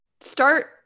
start